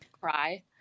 cry